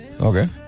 Okay